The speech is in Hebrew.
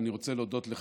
אני רוצה להודות לך.